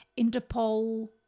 Interpol